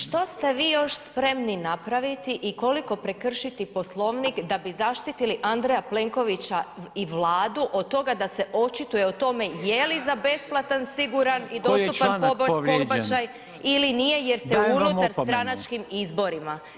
Što ste vi još spremni napraviti i koliko prekršiti Poslovnik da bi zaštiti Andreja Plenkovića i Vladu od toga da se očituje o tome jeli za besplatan, siguran i dostupan pobačaj [[Upadica Predsjednik: Koji je članak povrijeđen?]] ili nije jer ste u unutarstranačkim [[Upadica Predsjednik: Dajem vam opomenu.]] izborima.